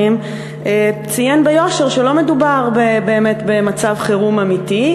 ציין ביושר שלא מדובר באמת במצב חירום אמיתי,